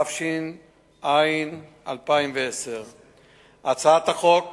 התש"ע 2010. הצעת החוק